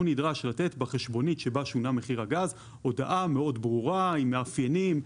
הוא נדרש לתת בחשבונית שבה שונה מחיר הגז הודעה מאוד ברורה עם מאפיינים.